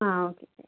ആ ഓക്കെ ശരി